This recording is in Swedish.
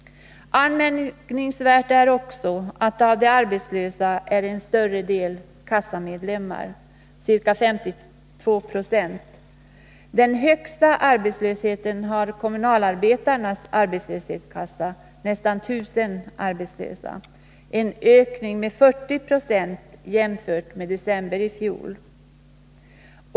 Anmärkningsvärt är också att av de arbetslösa är en större del kassamedlemmar, ca 52 70. Den högsta arbetslösheten har kommunalarbetarnas arbetslöshetskassa, med nästan 1 000 arbetslösa. Det är en ökning med 40 96 jämfört med december i fjol.